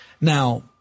Now